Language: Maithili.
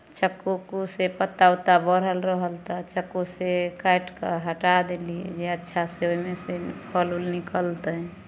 चक्कू उक्कूसँ पत्ता वत्ता बढ़ल रहल तऽ चक्कूसँ काटि कऽ हटा देली जे अच्छासँ ओहिमे सँ फल उल निकलतै